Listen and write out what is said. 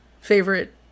favorite